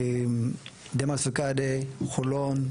דמאס פיקדה חולון,